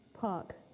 Park